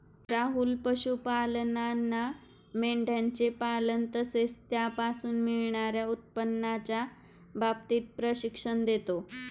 राहुल पशुपालांना मेंढयांचे पालन तसेच त्यापासून मिळणार्या उत्पन्नाच्या बाबतीत प्रशिक्षण देतो